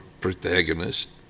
protagonist